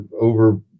over